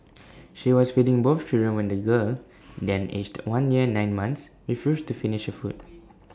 she was feeding both children when the girl then aged one year and nine months refused to finish her food